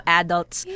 adults